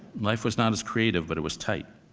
life was not as creative, but it was tight.